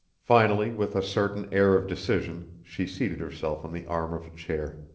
finally with a certain air of decision she seated herself on the arm of a chair.